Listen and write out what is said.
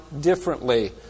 differently